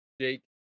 Jake